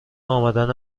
امدن